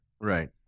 Right